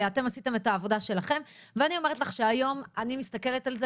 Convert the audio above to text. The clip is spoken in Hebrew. אתם עשיתם את העבודה שלכם ואני אומרת לך שהיום אני מסתכלת על זה